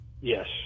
Yes